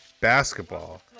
basketball